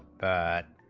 that